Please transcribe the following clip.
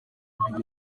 umuntu